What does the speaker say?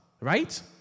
Right